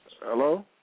Hello